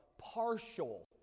partial